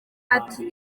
ati